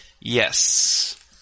Yes